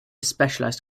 specialized